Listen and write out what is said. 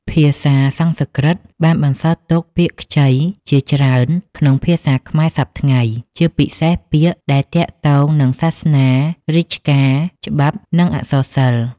ភាសាសំស្ក្រឹតបានបន្សល់ទុក ពាក្យខ្ចី ជាច្រើនក្នុងភាសាខ្មែរសព្វថ្ងៃ ជាពិសេសពាក្យដែលទាក់ទងនឹងសាសនា រាជការ ច្បាប់ និងអក្សរសិល្ប៍។